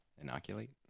Inoculate